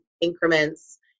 increments